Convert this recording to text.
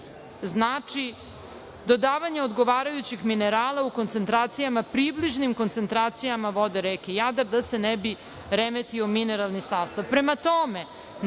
znači dodavanje odgovarajućih minerala u koncentracijama približnim koncentracijama vode reke Jadar, da se ne bi remetio mineralni sastav. Prema tome,